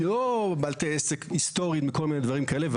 לא בתי עסק היסטוריים וכל מיני דברים כאלה.